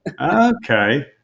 okay